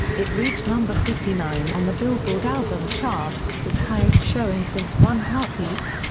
it reached number fifty nine on the billboard album chart, his highest showing since one heartbeat.